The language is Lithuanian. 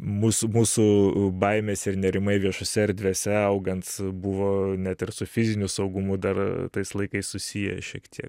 mūsų mūsų baimės ir nerimai viešose erdvėse augant buvo net ir su fiziniu saugumu dar tais laikais susiję šiek tiek